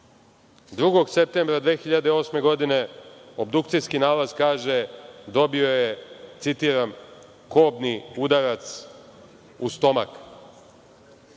septembra 2008. godine obdukcijski nalaz kaže – dobio je, citiram, kobni udarac u stomak. Kažite